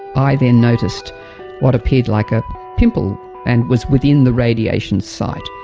i then noticed what appeared like a pimple and was within the radiation site.